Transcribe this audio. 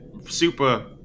super